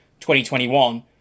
2021